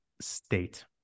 state